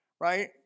right